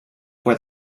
where